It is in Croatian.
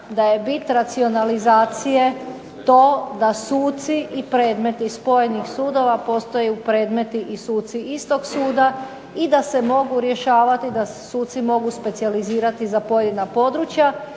da je bit racionalizacije to da suci i predmeti spojenih sudova postaju predmeti i suci istog suda i da se mogu rješavati, da suci mogu specijalizirati za pojedina područja.